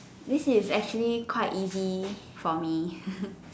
this is actually quite easy for me